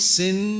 sin